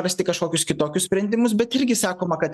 rasti kažkokius kitokius sprendimus bet irgi sakoma kad